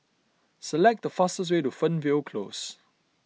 select the fastest way to Fernvale Close